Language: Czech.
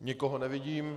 Nikoho nevidím.